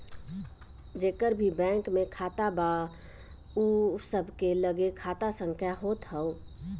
जेकर भी बैंक में खाता बा उ सबके लगे खाता संख्या होत हअ